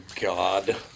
God